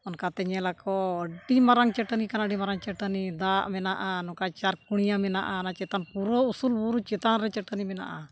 ᱚᱱᱠᱟᱛᱮ ᱧᱮᱞᱟᱠᱚ ᱟᱹᱰᱤ ᱢᱟᱨᱟᱝ ᱪᱟᱹᱴᱟᱹᱱᱤ ᱠᱟᱱᱟ ᱟᱹᱰᱤ ᱢᱟᱨᱟᱝ ᱪᱟᱹᱴᱟᱹᱱᱤ ᱫᱟᱜ ᱢᱮᱱᱟᱜᱼᱟ ᱱᱚᱝᱠᱟ ᱪᱟᱨ ᱠᱩᱱᱤᱭᱟᱹ ᱢᱮᱱᱟᱜᱼᱟ ᱚᱱᱟ ᱪᱮᱛᱟᱱ ᱯᱩᱨᱟᱹ ᱩᱥᱩᱞ ᱵᱩᱨᱩ ᱪᱮᱛᱟᱱ ᱨᱮ ᱪᱟᱹᱴᱟᱹᱱᱤ ᱢᱮᱱᱟᱜᱼᱟ